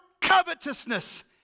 covetousness